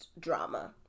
drama